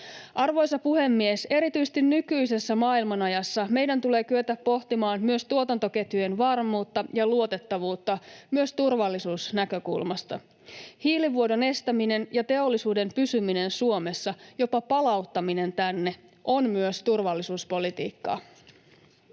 Arvoisa puhemies! Erityisesti nykyisessä maailmanajassa meidän tulee kyetä pohtimaan myös tuotantoketjujen varmuutta ja luotettavuutta myös turvallisuusnäkökulmasta. Hiilivuodon estäminen ja teollisuuden pysyminen Suomessa, jopa palauttaminen tänne, on myös turvallisuuspolitiikkaa.